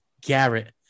Garrett